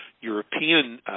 European